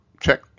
check